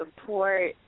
support